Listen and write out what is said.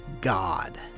God